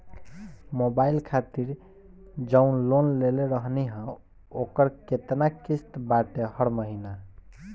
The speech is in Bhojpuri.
मोबाइल खातिर जाऊन लोन लेले रहनी ह ओकर केतना किश्त बाटे हर महिना?